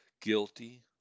GUILTY